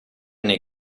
nei